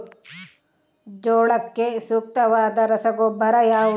ಜೋಳಕ್ಕೆ ಸೂಕ್ತವಾದ ರಸಗೊಬ್ಬರ ಯಾವುದು?